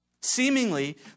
Seemingly